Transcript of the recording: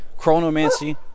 chronomancy